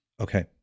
Okay